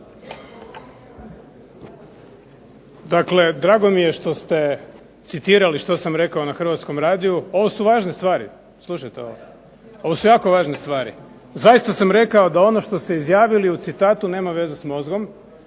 Dakle, drago mi je što ste citirali što sam rekao na Hrvatskom radiju. Ovo su važne stvari, slušajte ovo, ovo su jako važne stvari. Zaista sam rekao da ono što ste izjavili u citatu nema veze s mozgom.